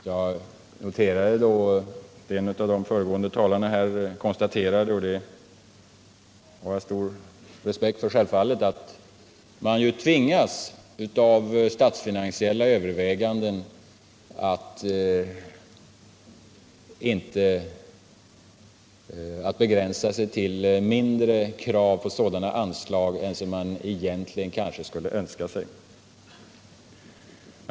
Jag noterade att en av de föregående talarna konstaterade — och det har jag självfallet stor respekt för — att man vid statsfinansiella överväganden tvingas att begränsa sig till mindre krav på sådana anslag än man kanske egentligen skulle önska sig.